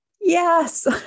Yes